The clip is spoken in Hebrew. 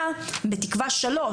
- בתקווה שלוש,